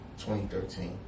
2013